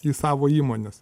į savo įmones